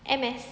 M_S